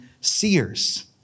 seers